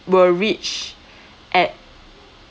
will reach at